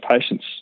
patients